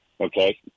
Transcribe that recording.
Okay